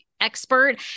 expert